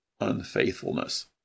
unfaithfulness